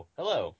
hello